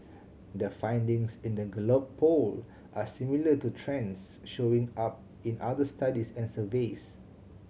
the findings in the Gallup Poll are similar to trends showing up in other studies and surveys